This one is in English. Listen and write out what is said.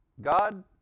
God